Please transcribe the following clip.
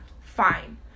fine